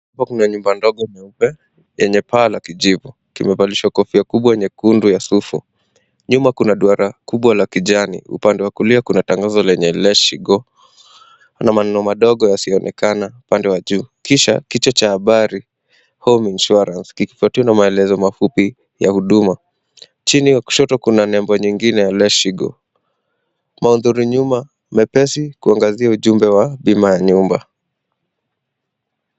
Hapa kuna nyumba ndogo nyeupe lenye paa la kijivu kimavalishwa kofia kubwa nyekundu ya sufu, nyuma kuna duara kubwa la kijani, upande wa kulia kuna tangazo lenye letsgo na maneno madogo yasioonekana upande wa juu, kisha kichwa cha habari home insurance kikifwatiwa na maneno mafupi ya huduma, chini ya kushoto kuna nembo nyingine ya letsgo ,maudhui nyuma mepesi kuangazia ujumbe wa bima ya nyumba.